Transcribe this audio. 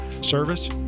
service